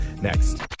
next